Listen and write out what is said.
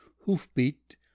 hoof-beat